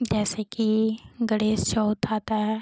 जैसे कि गणेश चौथ आता है